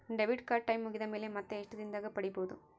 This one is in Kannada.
ಡೆಬಿಟ್ ಕಾರ್ಡ್ ಟೈಂ ಮುಗಿದ ಮೇಲೆ ಮತ್ತೆ ಎಷ್ಟು ದಿನದಾಗ ಪಡೇಬೋದು?